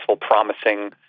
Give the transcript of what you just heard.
promising